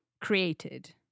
created